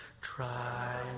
Try